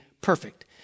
perfect